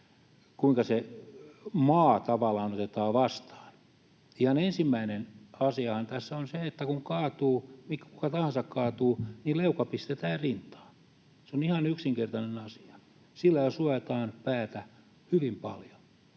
kuinka se maa tavallaan otetaan vastaan. Ihan ensimmäinen asiahan tässä on se, että kun kaatuu, kuka tahansa kaatuu, niin leuka pistetään rintaan. Se on ihan yksinkertainen asia. Sillä jo suojataan päätä hyvin paljon.